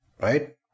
right